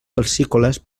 calcícoles